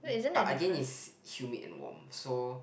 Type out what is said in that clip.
but again it's humid and warm so